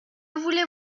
voulez